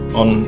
on